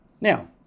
Now